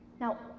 Now